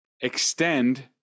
extend